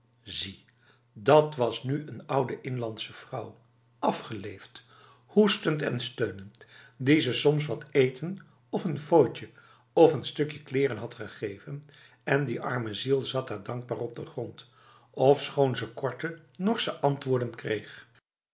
zie dat was nu een oude inlandse vrouw afgeleefd hoestend en steunend die ze soms wat eten of n fooitje of n stukje kleren had gegeven en die arme ziel zat daar dankbaar op de grond ofschoon ze korte norse antwoorden kreeg